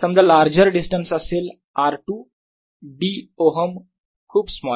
समजा larger distance असेल r 2 dΩ खूप स्मॉल आहे